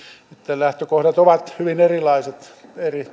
lähtökohdat ovat hyvin erilaiset eri